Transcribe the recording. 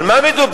על מה מדובר?